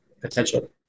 potential